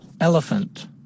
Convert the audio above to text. elephant